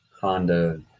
Honda